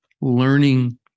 learning